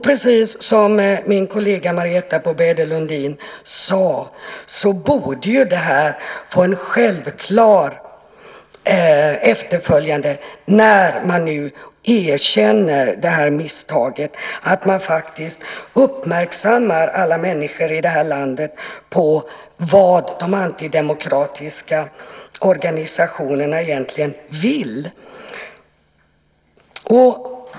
Precis som min kollega Marietta de Pourbaix-Lundin sade borde det här få en självklar uppföljning när man nu erkänner detta misstag så att man faktiskt uppmärksammar alla människor i det här landet på vad de antidemokratiska organisationerna egentligen vill.